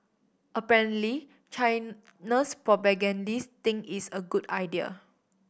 apparently China's propagandists think it's a good idea